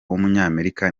w’umunyamerika